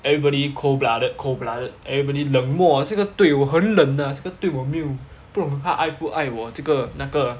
everybody cold blooded cold blooded everybody 冷漠这个对我很冷 ah 这个对我没有不懂他爱不爱我这个那个